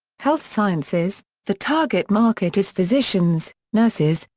health sciences the target market is physicians, nurses,